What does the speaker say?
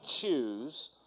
choose